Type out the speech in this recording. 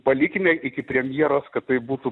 palikime iki premjeros kad tai būtų